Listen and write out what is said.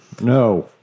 No